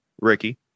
Ricky